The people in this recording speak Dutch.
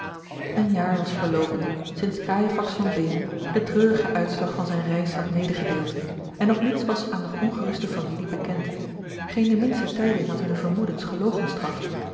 een jaar was verloopen sinds cajefax van beem den treurigen uitslag van zijne reis had medegedeeld en nog niets was aan de ongeruste familie bekend geene de minste tijding had hunne vermoedens